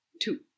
Two